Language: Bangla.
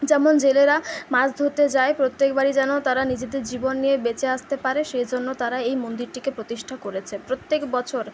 যেমন জেলেরা মাছ ধরতে যায় প্রত্যেক বারই যেন তারা নিজেদের জীবন নিয়ে বেঁচে আসতে পারে সেই জন্য তারা এই মন্দিরটিকে প্রতিষ্ঠা করেছে প্রত্যেক বছর